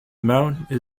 mountain